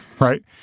right